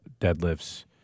deadlifts